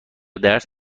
درس